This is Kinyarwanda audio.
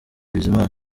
bizimana